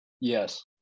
Yes